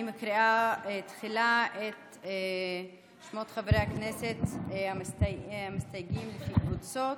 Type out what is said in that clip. אני מקריאה תחילה את שמות חברי הכנסת המסתייגים לפי קבוצות.